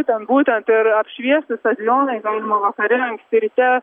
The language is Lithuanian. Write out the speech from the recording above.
būtent būtent ir apšviesti stadionai galima vakare anksti ryte